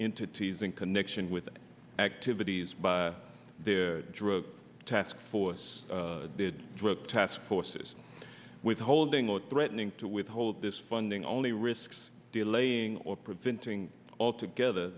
into teasing connection with activities by their drug task force did drug task force is withholding or threatening to withhold this funding only risks delaying or preventing altogether